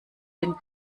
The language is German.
den